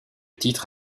titre